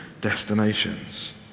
destinations